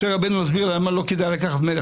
משה רבנו הסביר למה לא כדאי לקחת מלך,